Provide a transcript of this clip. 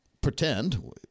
pretend